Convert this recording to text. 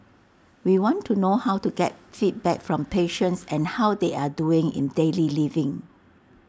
we want to know how to get feedback from patients an how they are doing in daily living